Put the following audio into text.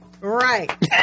Right